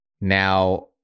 Now